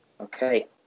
Okay